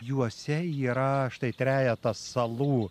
juose yra štai trejetas salų